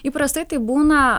įprastai tai būna